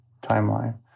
timeline